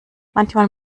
manchmal